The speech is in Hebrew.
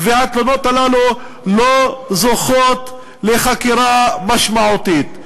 והתלונות האלה לא זוכות לחקירה משמעותית.